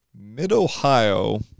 Mid-Ohio